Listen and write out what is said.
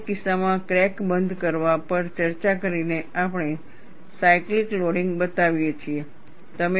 દરેક કિસ્સામાં ક્રેક બંધ કરવા પર ચર્ચા કરીને આપણે સાયકલીક લોડિંગ બતાવીએ છીએ